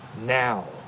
now